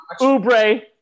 Ubre